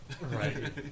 Right